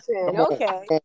Okay